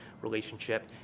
relationship